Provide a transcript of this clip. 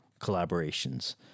collaborations